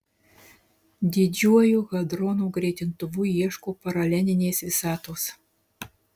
didžiuoju hadronų greitintuvu ieško paralelinės visatos